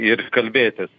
ir kalbėtis